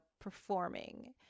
performing